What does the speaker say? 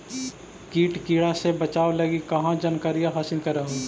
किट किड़ा से बचाब लगी कहा जानकारीया हासिल कर हू?